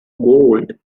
gold